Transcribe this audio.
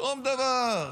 שום דבר.